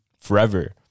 forever